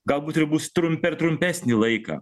galbūt ir bus trum per trumpesnį laiką